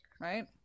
Right